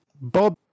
bob